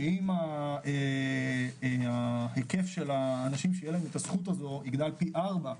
שאם ההיקף של האנשים שיהיה להם את הזכות הזו יגדל פי ארבעה,